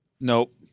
Nope